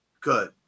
Good